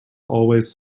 always